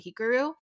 Hikaru